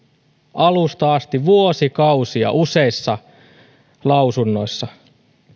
alusta asti vuosikausia useissa lausunnoissa